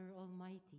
Almighty